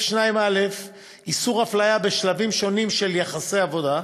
2(א) איסור הפליה בשלבים שונים של יחסי העבודה,